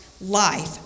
Life